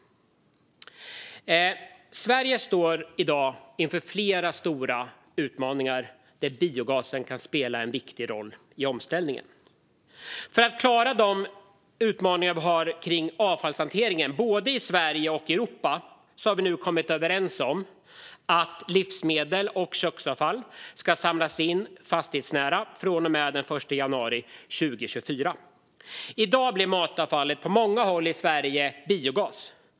Sverige står i dag inför flera stora utmaningar där biogasen kan spela en viktig roll i omställningen. För att klara de utmaningar vi har för avfallshanteringen både i Sverige och i Europa har vi kommit överens om att livsmedel och köksavfall ska samlas in fastighetsnära från och med den 1 januari 2024. I dag blir matavfallet på många håll i Sverige biogas.